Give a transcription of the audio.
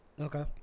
Okay